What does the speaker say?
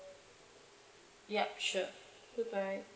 ya sure good bye